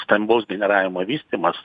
stambaus generavimo vystymas